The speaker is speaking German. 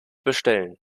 bestellen